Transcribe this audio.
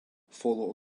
follow